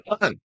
fun